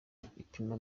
ipima